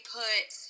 put